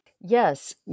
Yes